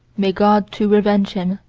may god, to revenge him,